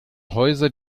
häuser